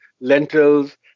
lentils